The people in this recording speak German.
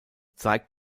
zeigt